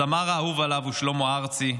הזמר האהוב עליו הוא שלמה ארצי,